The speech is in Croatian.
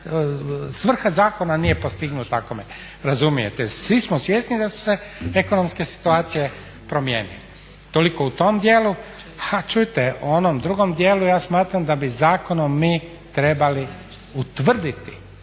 svrha zakona nije postignuta ako me razumijete. Svi smo svjesni da su se ekonomske situacije promijenile. Toliko u tom dijelu. A čujte, u ovom drugom dijelu ja smatram da bi zakonom mi trebali utvrditi